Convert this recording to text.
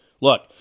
Look